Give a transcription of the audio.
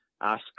ask